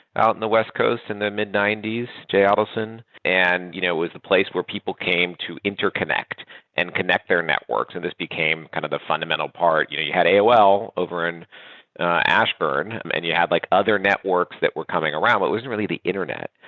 out in the west coast in and the mid ninety s. jay adelson? and you know it was the place where people came to interconnect and connect their networks, and this became kind of the fundamental part. you know you had aol over in and ashburn and you had like other networks that were coming around. well, it wasn't really the internet,